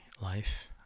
life